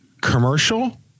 commercial